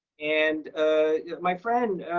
and my friend,